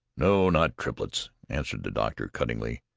no, not triplets! answered the doctor cuttingly.